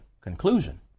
conclusion